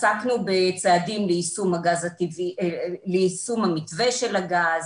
עסקנו בצעדים ליישום המתווה של הגז,